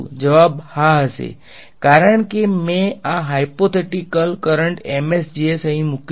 જવાબ હા હશે કારણ કે મેં આ હાઈપોથેટીકલ કરંટ અહીં મુક્યો છે